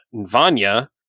Vanya